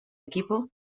equipo